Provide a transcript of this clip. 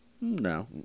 No